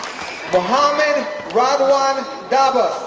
mohamad radwan dabbas